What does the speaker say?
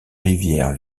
rivière